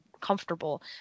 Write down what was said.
comfortable